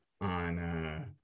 on